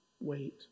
wait